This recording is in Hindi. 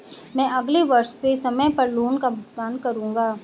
मैं अगले वर्ष से समय पर लोन का भुगतान करूंगा